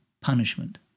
punishment